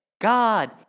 God